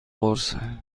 قرصه